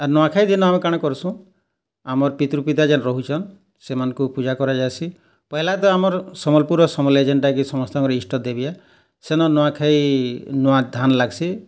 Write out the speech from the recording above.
ନୂଆଖାଇ ଦିନ ଆମେ କାଣା କରୁସୁଁ ଆମର୍ ପିତ୍ରୁ ପିତା ଜେନ୍ ରୋହୁଛନ୍ ସେମାନଙ୍କୁ ପୂଜା କରାଯାଇସି ପେହେଲା ତ ଆମର୍ ସମ୍ବଲପୁର୍ର ସମଲେଇ ଯେଣ୍ଟା କି ସମସ୍ତଙ୍କର୍ ଈଷ୍ଟଦେବୀ ହେ ଶେନ ନୂଆଖାଇ ନୂଆ ଧାନ୍ ଲାଗଶି